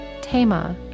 Tema